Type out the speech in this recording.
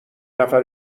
نفر